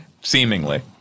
Seemingly